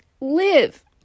live